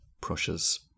Prussia's